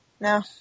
No